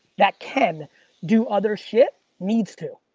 that can do other shit needs to.